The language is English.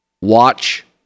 watch